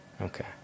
okay